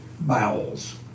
bowels